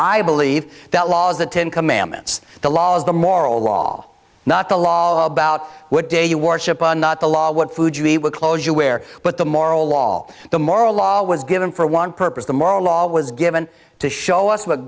i believe that law is the ten commandments the law is the moral law not to lie about what day you worship on not the law what food you eat what clothes you wear but the moral law the moral law was given for one purpose the moral law was given to show us what